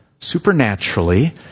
Supernaturally